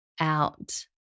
out